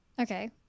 Okay